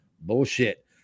Bullshit